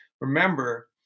remember